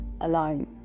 alone